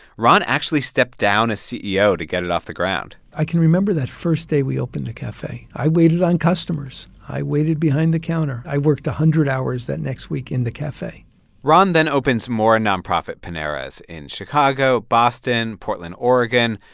ron actually stepped down as ceo to get it off the ground i can remember that first day we opened the cafe. i waited on customers. i waited behind the counter. i worked a hundred hours that next week in the cafe ron then opens more nonprofit paneras in chicago, boston, portland, ore,